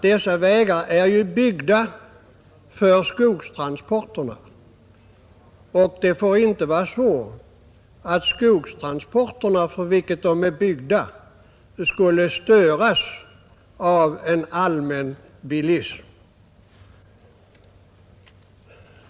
De är avsedda för skogstransporter, och det får inte bli så att den allmänna bilismen tillåts störa dessa.